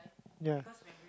ya